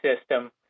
system